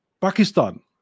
Pakistan